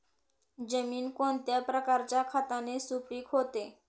जमीन कोणत्या प्रकारच्या खताने सुपिक होते?